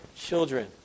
children